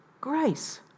Grace